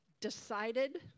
decided